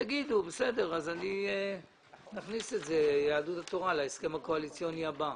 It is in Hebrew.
תגידו ויהדות התורה תכניס את זה להסכם הקואליציוני הבא,